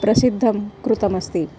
प्रसिद्धं कृतमस्ति